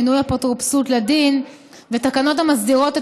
מינוי אפוטרופסות לדין ותקנות המסדירות את